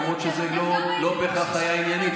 למרות שזה לא בהכרח היה ענייני,